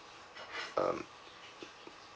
um